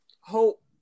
Hope